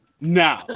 Now